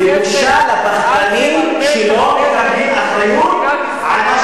ובושה לפחדנים שלא מקבלים אחריות על מה